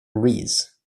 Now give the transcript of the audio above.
rees